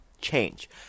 change